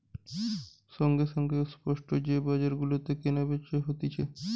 সঙ্গে সঙ্গে ও স্পট যে বাজার গুলাতে কেনা বেচা হতিছে